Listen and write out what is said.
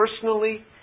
personally